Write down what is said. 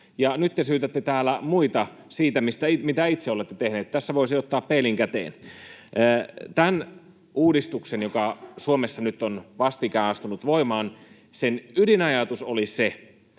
nyt te syytätte täällä muita siitä, mitä itse olette tehneet. Tässä voisi ottaa peilin käteen. Tämän uudistuksen, joka Suomessa nyt on vastikään astunut voimaan, ydinajatus oli ja